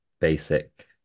basic